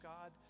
God